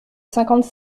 cinquante